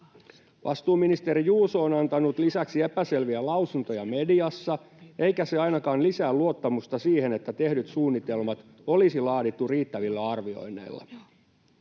Vastuuministeri Juuso on antanut lisäksi epäselviä lausuntoja mediassa, eikä se ainakaan lisää luottamusta siihen, että tehdyt suunnitelmat olisi laadittu riittävillä arvioinneilla.